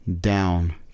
down